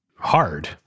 Hard